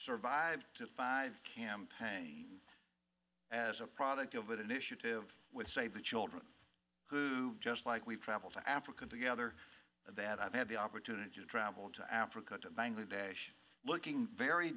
survive to five campaign as a product of initiative with save the children who've just like we've traveled to africa together that i've had the opportunity to travel to africa to bangladesh looking very